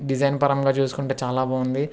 design పరంగా చూసుకుంటే చాలా బాగుంది